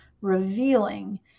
revealing